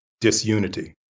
disunity